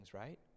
right